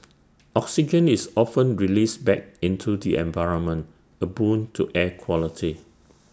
oxygen is often released back into the environment A boon to air quality